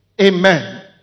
Amen